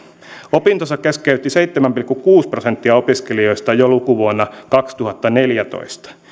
opintonsa keskeytti seitsemän pilkku kuusi prosenttia opiskelijoista jo lukuvuonna kaksituhattaneljätoista